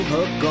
Hook